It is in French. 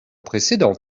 précèdent